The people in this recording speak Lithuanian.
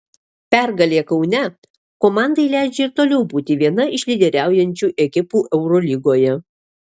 pergalė kaune komandai leidžia ir toliau būti viena iš lyderiaujančių ekipų eurolygoje